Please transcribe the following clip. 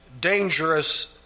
dangerous